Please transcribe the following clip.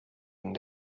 and